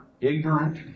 ignorant